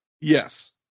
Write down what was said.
Yes